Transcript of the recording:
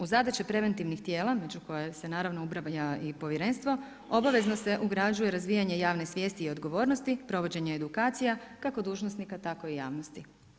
U zadaće preventivnih tijela među koje se naravno ubraja i povjerenstvo, obavezno se ugrađuje razvijanje javne svijesti i odgovornosti, provođenje edukacija kako dužnosnika tako i javnosti.